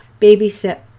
babysit